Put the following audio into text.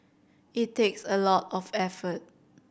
it takes a lot of effort